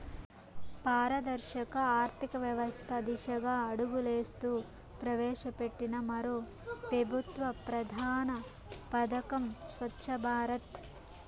పారదర్శక ఆర్థికవ్యవస్త దిశగా అడుగులేస్తూ ప్రవేశపెట్టిన మరో పెబుత్వ ప్రధాన పదకం స్వచ్ఛ భారత్